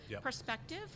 perspective